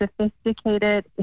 sophisticated